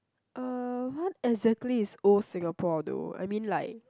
uh what exactly is old Singapore though I mean like